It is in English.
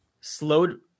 slowed